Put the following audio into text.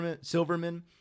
Silverman